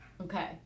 okay